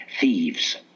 thieves